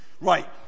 Right